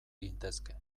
gintezke